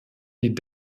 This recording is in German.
die